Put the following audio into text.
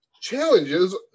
challenges